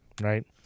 right